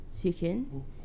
Chicken